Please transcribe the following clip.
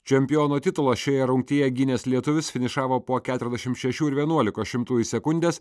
čempiono titulą šioje rungtyje gynęs lietuvis finišavo po keturiasdešim šešių ir vienuolikos šimtųjų sekundės